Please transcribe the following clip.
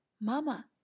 mama